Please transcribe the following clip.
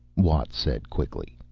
watt said quickly.